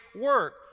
work